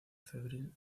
febril